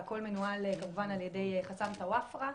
הכול מנוהל על ידי חסאן טואפרה,